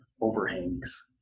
overhangs